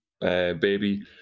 baby